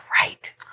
right